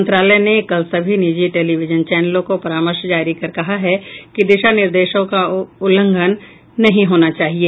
मंत्रालय ने कल सभी निजी टेलीविजन चैनलों को परामर्श जारी कर कहा है कि दिशा निर्देशों का कोई उल्लंघन नहीं होना चाहिए